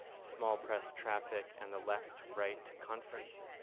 small press traffic and the left right conference,